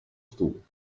stoel